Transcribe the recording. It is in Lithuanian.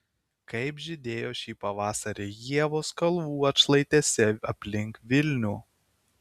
kaip žydėjo šį pavasarį ievos kalvų atšlaitėse aplink vilnių